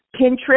Pinterest